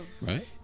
Right